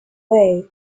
way